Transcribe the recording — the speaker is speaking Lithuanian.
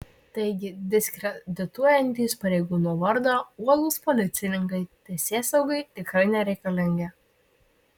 taigi diskredituojantys pareigūno vardą uolūs policininkai teisėsaugai tikrai nereikalingi